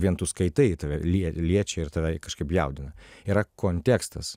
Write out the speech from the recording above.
vien tu skaitai tave lie liečia ir tave kažkaip jaudina yra kontekstas